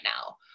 now